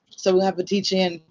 so we'll have a teach-in.